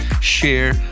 share